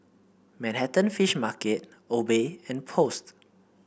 Manhattan Fish Market Obey and Post